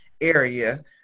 area